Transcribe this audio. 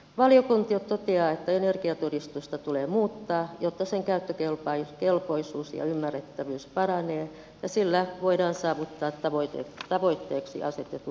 valiokunta toteaa että energiatodistusta tulee muuttaa jotta sen käyttökelpoisuus ja ymmärrettävyys paranevat ja sillä voidaan saavuttaa tavoitteeksi asetetut ympäristöhyödyt